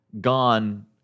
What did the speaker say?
gone